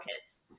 kids